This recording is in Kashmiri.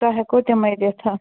تۄہہِ ہیٚکَو تِمٔے دِتھ